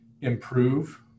improve